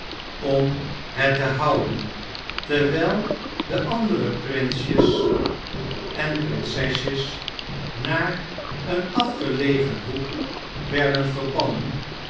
om het te houden terwjjl de andere prinsjes en prinsesjes naar een afgelegen hoek werden verbannen